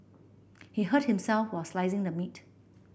he hurt himself while slicing the meat